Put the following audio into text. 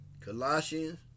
Colossians